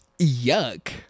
yuck